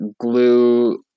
glue